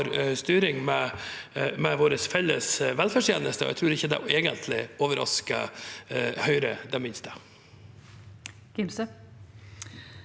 styring med våre felles velferdstjenester. Jeg tror egentlig ikke det overrasker Høyre det minste.